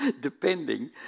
Depending